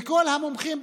וכל המומחים,